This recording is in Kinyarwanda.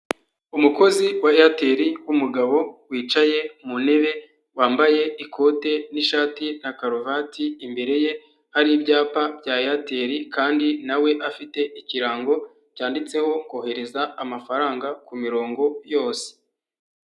Umukozi wa airtel w'umugabo wicaye mu ntebe wambaye ikote n'ishati na karuvati, imbere ye hari ibyapa bya airtel kandi nawe afite ikirango cyanditseho kohereza amafaranga ku mirongo yose.